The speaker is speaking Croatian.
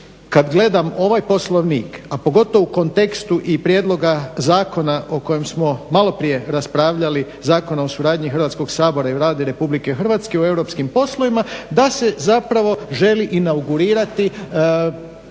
kad gledam ovaj Poslovnik, a pogotovo u kontekstu i prijedloga zakona o kojem smo malo prije raspravljali Zakona o suradnji Hrvatskog sabora i Vlade Republike Hrvatske o europskim poslovima da se zapravo želi inaugurirati